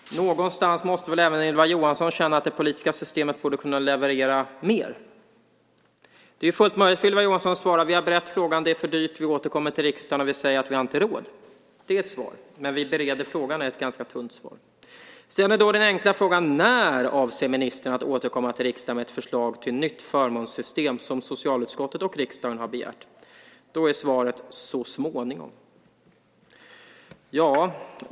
Någonstans måste väl även Ylva Johansson känna att det politiska systemet borde kunna leverera mer? Det är ju fullt möjligt för henne att svara: Vi har berett frågan och funnit att det är för dyrt, så vi återkommer till riksdagen och säger att vi inte har råd. Det är ett svar. Men att bara säga att man bereder frågan är ett ganska tunt svar. Sedan var den enkla frågan: När avser ministern att återkomma till riksdagen med ett förslag till nytt förmånssystem, som socialutskottet och riksdagen har begärt? Svaret blev: Så småningom.